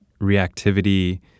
reactivity